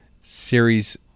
Series